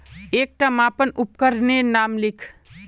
एकटा मापन उपकरनेर नाम लिख?